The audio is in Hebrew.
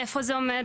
איפה זה עומד?